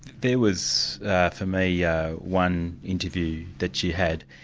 there was for me yeah one interview that you had,